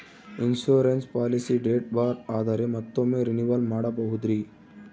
Insurance policy date ಬಾರ್ ಆದರೆ ಮತ್ತೊಮ್ಮೆ ರಿನಿವಲ್ ಮಾಡಬಹುದ್ರಿ?